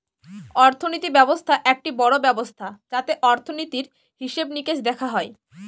অর্থনীতি ব্যবস্থা একটি বড়ো ব্যবস্থা যাতে অর্থনীতির, হিসেবে নিকেশ দেখা হয়